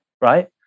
Right